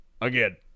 again